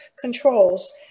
controls